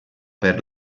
per